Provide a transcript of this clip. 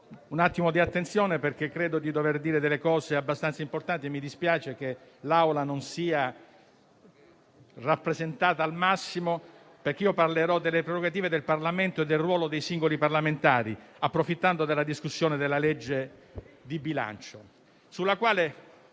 un po' di attenzione perché credo di dover dire delle cose abbastanza importanti. Mi dispiace che l'Assemblea non sia rappresentata al massimo, perché parlerò delle prerogative del Parlamento e del ruolo dei singoli parlamentari, approfittando della discussione del disegno di legge di bilancio, sul quale